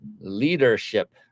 leadership